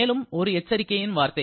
மேலும் ஒரு எச்சரிக்கையின் வார்த்தை